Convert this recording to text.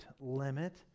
limit